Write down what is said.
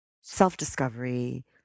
self-discovery